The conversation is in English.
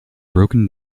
broken